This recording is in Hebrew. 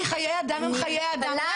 כי חיי אדם הם חיי אדם.